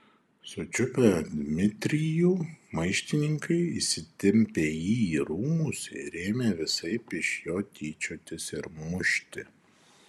sučiupę dmitrijų maištininkai įsitempė jį į rūmus ir ėmė visaip iš jo tyčiotis ir mušti